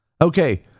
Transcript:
okay